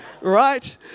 right